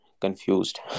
confused